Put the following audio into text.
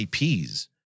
IPs